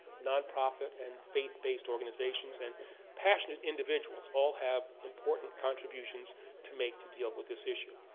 non-profit and faith based organizations and passionate individuals all have important contributions to make to deal with this issue.